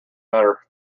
better